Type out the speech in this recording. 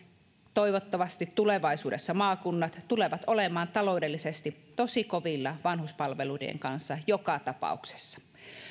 toivottavasti tulevaisuudessa maakunnat tulevat olemaan taloudellisesti tosi kovilla vanhuspalveluiden kanssa joka tapauksessa